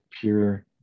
pure